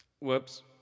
Whoops